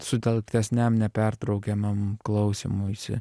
sutelktesniam nepertraukiamam klausymuisi